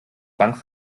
bank